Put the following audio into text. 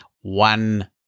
one